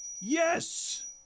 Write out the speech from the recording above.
Yes